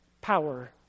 power